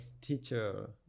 teacher